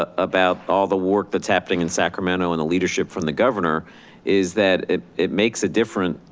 ah about all the work that's happening in sacramento and the leadership from the governor is that it it makes a difference,